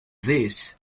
these